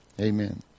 Amen